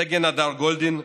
סגן הדר גולדין נחטף.